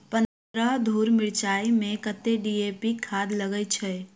पन्द्रह धूर मिर्चाई मे कत्ते डी.ए.पी खाद लगय छै?